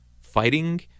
fighting